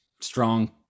strong